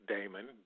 Damon